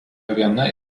viena